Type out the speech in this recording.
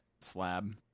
slab